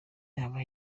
yaba